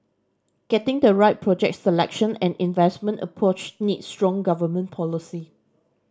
getting the right project selection and investment approach needs strong government policy